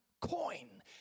coin